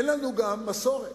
אין לנו גם מסורת.